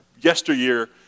yesteryear